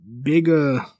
bigger